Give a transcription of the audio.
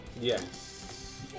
Yes